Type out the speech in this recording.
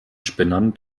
spinnern